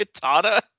Katana